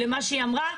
למה שהיא אמרה,